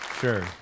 Sure